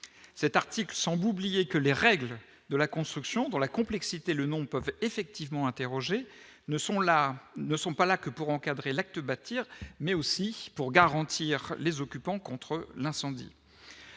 cet article sans bouclier que les règles de la construction dans la complexité, le nom peuvent effectivement interrogé ne sont là ne sont pas là que pour encadrer l'acte bâtir mais aussi pour garantir les occupants contre l'incendie,